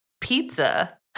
pizza